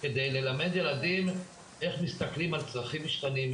כדי ללמד ילדים איך מסתכלים על צרכים משתנים,